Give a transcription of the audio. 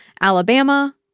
Alabama